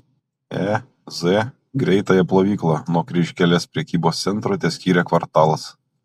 e z greitąją plovyklą nuo kryžkelės prekybos centro teskyrė kvartalas